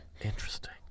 interesting